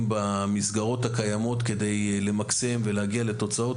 במסגרות הקיימות כדי למקסם ולהגיע לתוצאות.